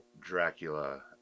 Dracula